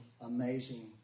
amazing